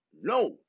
No